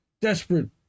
desperate